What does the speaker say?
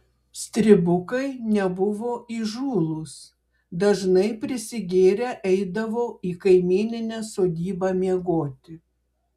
stribukai nebuvo įžūlūs dažnai prisigėrę eidavo į kaimyninę sodybą miegoti